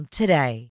today